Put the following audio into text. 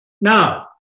Now